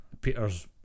Peter's